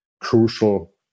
crucial